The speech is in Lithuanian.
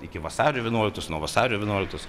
iki vasario vienuoliktos nuo vasario vienuoliktos